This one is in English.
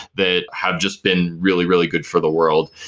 that have just been really, really good for the world.